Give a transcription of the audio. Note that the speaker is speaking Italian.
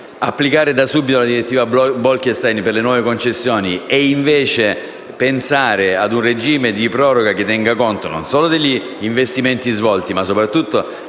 applicare da subito la cosiddetta "direttiva Bolkestein" per le nuove concessioni), consenta di pensare a un regime di proroga che tenga conto non solo degli investimenti svolti, ma soprattutto